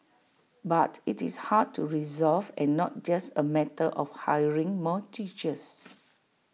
but IT is hard to resolve and not just A matter of hiring more teachers